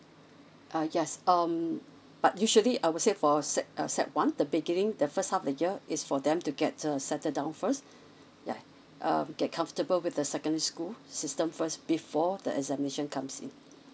uh yes um but usually I would say for sec uh sec one the beginning the first half the year it's for them to get uh settle down first yeuh um get comfortable with the secondary school system first before the examination comes in